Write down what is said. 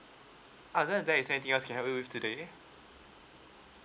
other than that is there anything else can I help you with today